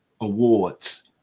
awards